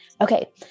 Okay